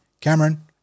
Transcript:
Cameron